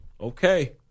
Okay